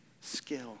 skill